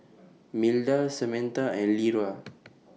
Milda Samatha and Lera